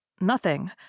Nothing